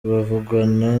bavugana